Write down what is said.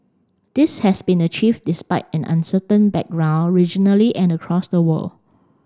this has been achieved despite an uncertain background regionally and across the world